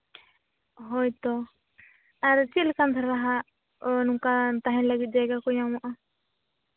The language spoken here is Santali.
ᱦᱳᱭᱛᱳ ᱟᱨ ᱪᱮᱫ ᱞᱮᱠᱟᱱ ᱫᱷᱟᱨᱟᱦᱟᱜ ᱚ ᱱᱚᱝᱠᱟ ᱛᱟᱦᱮᱱ ᱞᱟᱹᱜᱤᱫ ᱡᱟᱭᱜᱟ ᱠᱚ ᱧᱟᱢᱚᱜᱼᱟ